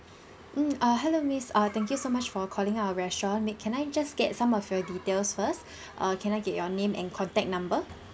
mm err hello miss uh thank you so much for calling our restaurant may can I just get some of your details first uh can I get your name and contact number